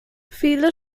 viele